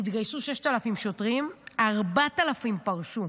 התגייסו 6,000 שוטרים, 4,000 פרשו.